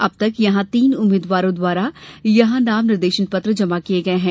अब तक यहां तीन उम्मीदवारों द्वारा यहां नाम निर्देशन पत्र जमा किये गये हैं